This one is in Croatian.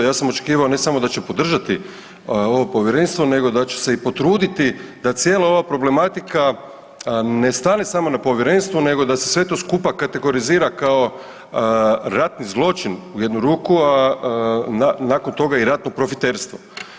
Ja sam očekivao ne samo da će podržati ovo povjerenstvo, nego da će se i potruditi da cijela ova problematika ne stane samo na povjerenstvu nego da se sve to skupa kategorizira kao ratni zločin u jednu ruku, a nakon toga i ratno profiterstvo.